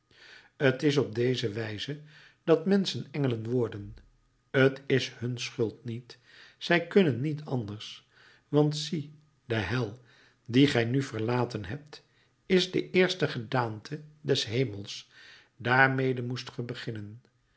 t is op deze wijze dat menschen engelen worden t is hun schuld niet zij kunnen niet anders want zie de hel die gij nu verlaten hebt is de eerste gedaante des hemels daarmede moest ge beginnen